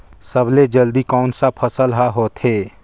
सबले जल्दी कोन सा फसल ह होथे?